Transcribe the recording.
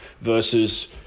versus